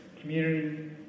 community